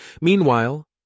Meanwhile